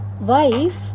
wife